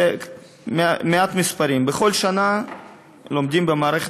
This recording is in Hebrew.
ומעט מספרים: בכל שנה לומדים במערכת